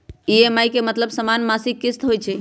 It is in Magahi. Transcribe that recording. ई.एम.आई के मतलब समान मासिक किस्त होहई?